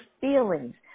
feelings